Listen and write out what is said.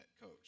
coach